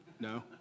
No